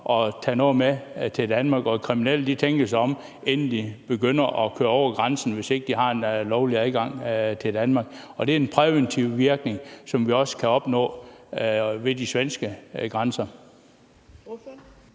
at tage noget med til Danmark, og at de kriminelle tænker sig om, inden de begynder at køre over grænsen, hvis ikke de har en lovlig adgang til Danmark, og det er den præventive virkning, som vi også kan opnå ved de svenske grænser.